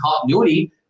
continuity